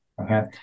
Okay